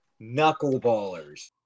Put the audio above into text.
knuckleballers